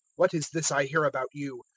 what is this i hear about you?